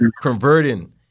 converting